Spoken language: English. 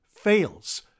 fails